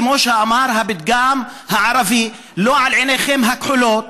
כמו שאמר הפתגם הערבי: לא על עיניכם הכחולות